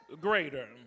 greater